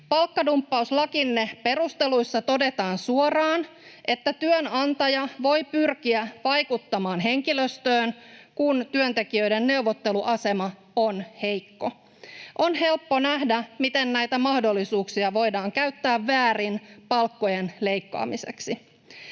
Palkkadumppauslakinne perusteluissa todetaan suoraan, että työnantaja voi pyrkiä vaikuttamaan henkilöstöön, kun työntekijöiden neuvotteluasema on heikko. On helppo nähdä, miten näitä mahdollisuuksia voidaan käyttää väärin palkkojen leikkaamiseksi.